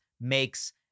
makes